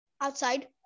Outside